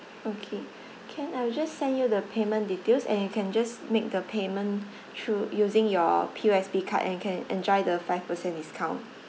okay can I will just send you the payment details and you can just make the payment through using your P_O_S_B card and can enjoy the five percent discount